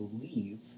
believe